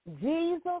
Jesus